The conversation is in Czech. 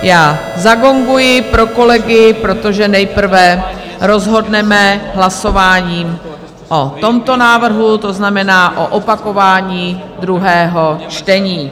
Já zagonguji pro kolegy, protože nejprve rozhodneme hlasováním o tomto návrhu, to znamená o opakování druhého čtení.